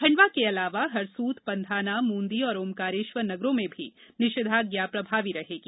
खण्डवा के अलावा हरसूद पंधाना मूदी और ओकारेश्वर नगरों में भी निषेधाज्ञा प्रभावी रहेगी